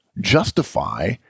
justify